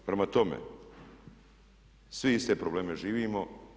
Prema tome, svi iste probleme živimo.